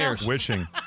Wishing